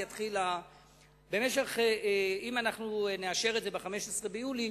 אם אנחנו נאשר את זה ב-15 ביולי,